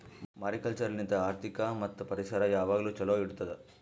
mariculture ಲಿಂತ್ ಆರ್ಥಿಕ ಮತ್ತ್ ಪರಿಸರ ಯಾವಾಗ್ಲೂ ಛಲೋ ಇಡತ್ತುದ್